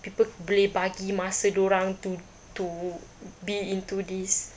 people boleh bahagi masa dia orang to to be into this